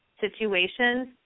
Situations